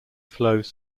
flows